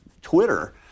twitter